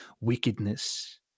wickedness